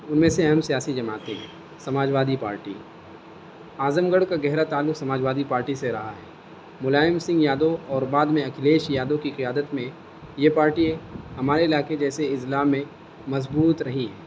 ان میں سے اہم سیاسی جماتیں ہیں Samajwadi party Azamgarh کا گہرا تعلق سماج وادی پارٹی سے رہا ہے ملائم سنگھ یادوں اور بعد میں اکھلیش یادوں کی قیادت میں یہ پارٹی ہمارے علاقے جیسے اضلاع میں مضبوط رہی